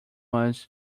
was